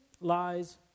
lies